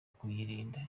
kuyirinda